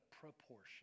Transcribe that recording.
proportion